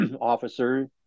officer